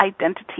identity